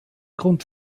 grund